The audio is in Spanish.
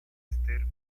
esther